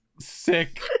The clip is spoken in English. Sick